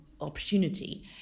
opportunity